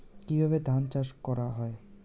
কিভাবে ধান চাষ করা হয়?